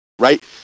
right